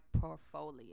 portfolio